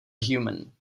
human